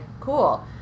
cool